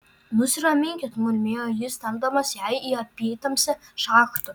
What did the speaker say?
nusiraminkit murmėjo jis tempdamas ją į apytamsę šachtą